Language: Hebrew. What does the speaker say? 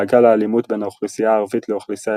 מעגל האלימות בין האוכלוסייה הערבית לאוכלוסייה